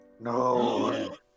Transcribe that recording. No